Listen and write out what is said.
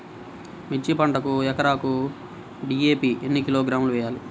మిర్చి పంటకు ఎకరాకు డీ.ఏ.పీ ఎన్ని కిలోగ్రాములు వేయాలి?